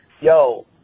Yo